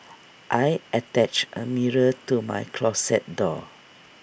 I attached A mirror to my closet door